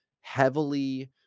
heavily